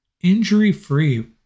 Injury-free